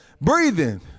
Breathing